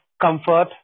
comfort